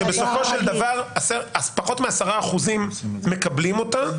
שבסופו של דבר פחות מ-10% מקבלים אותה.